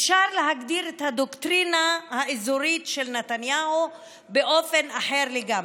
אפשר להגדיר את הדוקטרינה האזורית של נתניהו באופן אחר לגמרי.